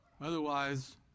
Otherwise